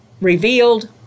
revealed